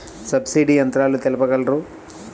Subsidy యంత్రాలు తెలుపగలరు?